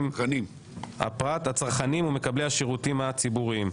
הצרכנים ומקבלי השירותים הציבוריים.